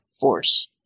Force